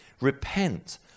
repent